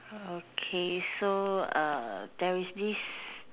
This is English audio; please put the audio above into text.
okay so uh there is this